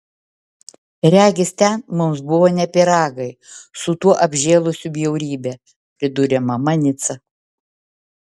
regis ten mums buvo ne pyragai su tuo apžėlusiu bjaurybe pridūrė mama nica